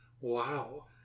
Wow